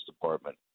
Department